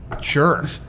Sure